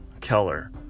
Keller